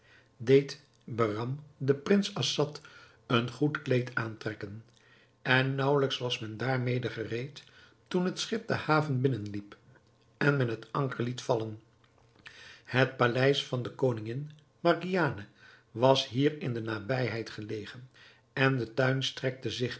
deed behram den prins assad een goed kleed aantrekken en naauwelijks was men daarmede gereed toen het schip de haven binnenliep en men het anker liet vallen het paleis van de koningin margiane was hier in de nabijheid gelegen en de tuin strekte zich